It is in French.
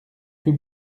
plus